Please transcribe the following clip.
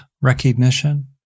recognition